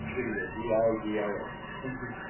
didio, d i d i o. thank you.